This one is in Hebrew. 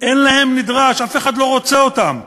אין דרישה להם, אף אחד לא רוצה אותם,